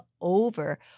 over